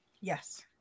Yes